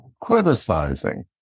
criticizing